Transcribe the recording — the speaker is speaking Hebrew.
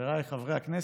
חבריי חברי הכנסת,